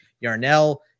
Yarnell